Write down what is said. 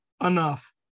enough